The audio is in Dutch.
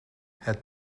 het